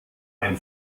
ein